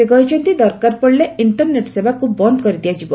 ସେ କହିଛନ୍ତି ଦରକାର ପଡ଼ିଲେ ଇଣ୍ଟରନେଟ୍ ସେବାକୁ ବନ୍ଦ କରିଦିଆଯିବ